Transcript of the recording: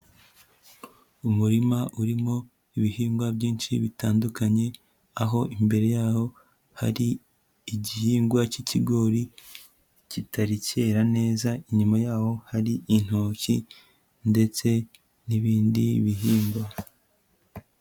Umurima urimo ibihingwa byinshi bitandukanye, aho imbere yaho hari igihingwa cy'ikigori kitari cyera neza, inyuma yaho hari intoki ndetse n'ibindi bihingwa.